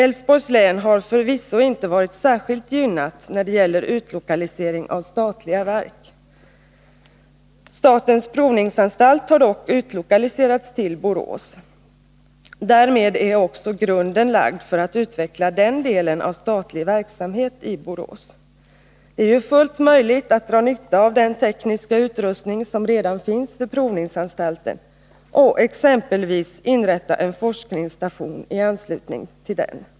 Älvsborgs län har förvisso inte varit särskilt gynnat när det gäller utlokalisering av statliga verk. Statens provningsanstalt har dock utlokaliserats till Borås. Därmed är också grunden lagd för att utveckla den delen av statlig verksamhet i Borås. Det är ju fullt möjligt att dra nytta av den tekniska utrustning som redan finns vid provningsanstalten och exempelvis inrätta en forskningsstation i anslutning till den.